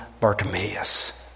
Bartimaeus